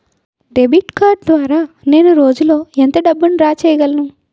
Debit card ద్వారా నేను రోజు లో ఎంత డబ్బును డ్రా చేయగలను?